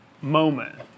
moment